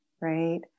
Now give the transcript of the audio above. right